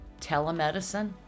telemedicine